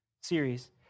series